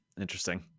Interesting